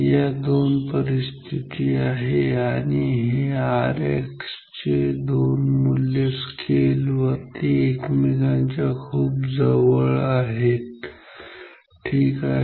या दोन परिस्थिती आहे आणि हे Rx चे दोन मूल्य स्केल वरती एकमेकांच्या खूप जवळ आहेत ठीक आहे